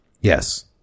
Yes